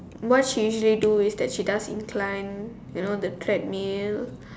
what she usually do is incline you know the treadmill